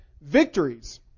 victories